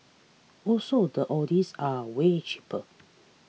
also the oldies are way cheaper